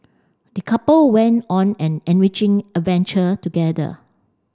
the couple went on an enriching adventure together